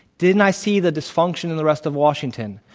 didn't i see the dysfunction in the rest of washington?